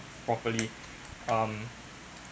properly um